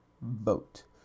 vote